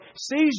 sees